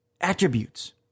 Attributes